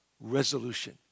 resolution